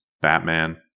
Batman